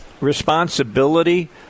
responsibility